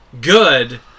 Good